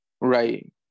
right